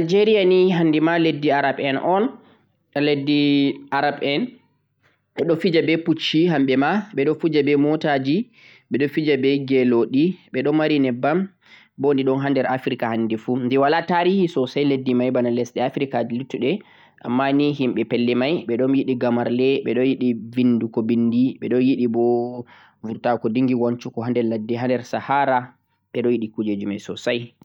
leddi Algeria ni handima leddi Arab en un, leddi Arab en, ɓeɗo fija be pucci hamɓe ma, ɓe ɗo fija be mataji, ɓe fija be gyeloɗi, ɓe ɗon mari nyebbam bo di ɗon ha nder Africa handi fu, di wala tarihi sosai leddi mai bana lesɗe Africaji luttuɗe ammani himɓe leddi mai ɓe ɗon yiɗi gamarle, ɓe ɗon yiɗi vindugo vindi, ɓe ɗon yiɗi bo vurta'go dingi wancugo ha nder ladde ha nder sahara, ɓe ɗo yiɗi kujeji mai sosai.